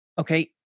Okay